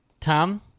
Tom